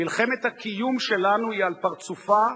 מלחמת הקיום שלנו היא על פרצופה,